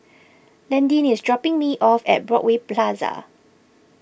Landyn is dropping me off at Broadway Plaza